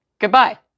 Goodbye